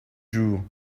jours